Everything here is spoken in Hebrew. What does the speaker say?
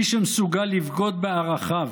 מי שמסוגל לבגוד בערכיו